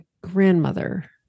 grandmother